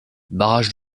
barrage